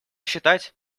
считать